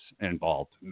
involved